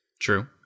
True